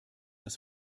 das